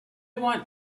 want